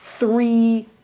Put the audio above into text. three